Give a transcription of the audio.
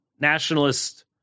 Nationalist